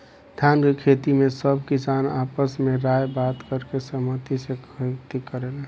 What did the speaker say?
धान के खेती में सब किसान आपस में राय बात करके सहमती से खेती करेलेन